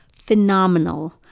Phenomenal